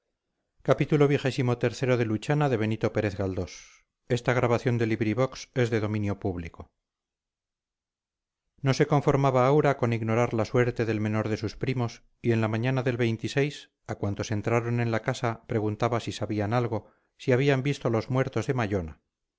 no sé no se conformaba aura con ignorar la suerte del menor de sus primos y en la mañana del a cuantos entraron en la casa preguntaba si sabían algo si habían visto los muertos de